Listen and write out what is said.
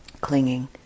clinging